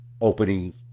opening